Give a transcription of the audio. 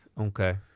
Okay